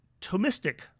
Thomistic